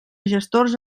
gestors